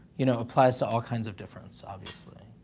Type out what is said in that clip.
you know, applies to all kinds of difference, obviously,